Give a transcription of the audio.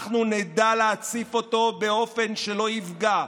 אנחנו נדע להציף אותו באופן שלא יפגע,